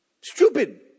Stupid